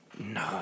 No